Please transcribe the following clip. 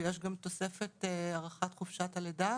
יש גם תוספת הארכת תקופת הלידה